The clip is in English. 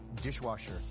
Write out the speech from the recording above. dishwasher